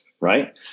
right